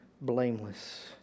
blameless